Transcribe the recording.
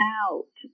out